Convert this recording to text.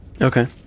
Okay